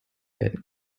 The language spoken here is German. werden